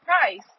price